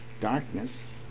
darkness